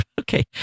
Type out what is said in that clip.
Okay